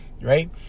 right